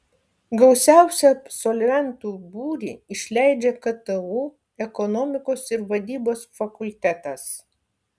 gausiausią absolventų būrį išleidžia ktu ekonomikos ir vadybos fakultetas